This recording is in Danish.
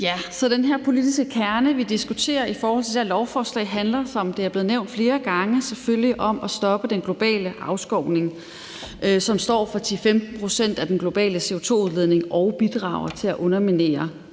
den her politiske kerne, vi diskuterer i forhold til det her lovforslag, handler, som det er blev nævnt flere gange, selvfølgelig om at stoppe den globale afskovning, som står for 10-15 pct. af den globale CO2-udledning og bidrager til at underminere